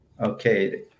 Okay